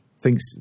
thinks